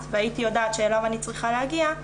והייתי יודעת שאליו אני צריכה להגיע,